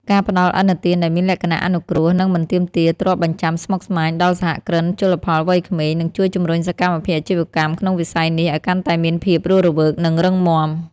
ការផ្ដល់ឥណទានដែលមានលក្ខណៈអនុគ្រោះ និងមិនទាមទារទ្រព្យបញ្ចាំស្មុគស្មាញដល់សហគ្រិនជលផលវ័យក្មេង នឹងជួយជំរុញសកម្មភាពអាជីវកម្មក្នុងវិស័យនេះឱ្យកាន់តែមានភាពរស់រវើក និងរឹងមាំ។